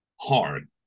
hard